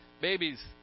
babies